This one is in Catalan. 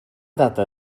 data